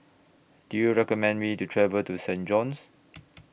Do YOU recommend Me to travel to Saint John's